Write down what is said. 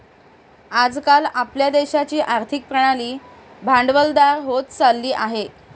आज काल आपल्या देशाची आर्थिक प्रणाली भांडवलदार होत चालली आहे